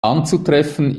anzutreffen